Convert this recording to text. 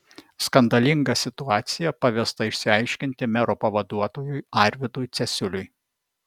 skandalingą situaciją pavesta išsiaiškinti mero pavaduotojui arvydui cesiuliui